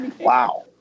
Wow